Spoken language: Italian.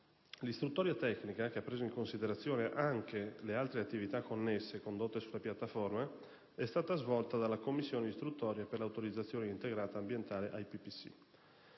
L'istruttoria tecnica, che ha preso in considerazione anche le altre attività connesse condotte sulla piattaforma, è stata svolta dalla commissione istruttoria per l'autorizzazione integrata ambientale - IPPC.